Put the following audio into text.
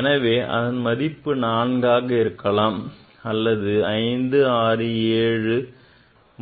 எனவே அதன் மதிப்பு 4 ஆக இருக்கலாம் அல்லது 5 6 7